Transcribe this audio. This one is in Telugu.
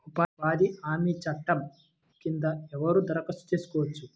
ఉపాధి హామీ చట్టం కింద ఎవరు దరఖాస్తు చేసుకోవచ్చు?